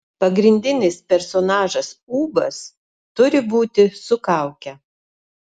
pagrindinis personažas ūbas turi būti su kauke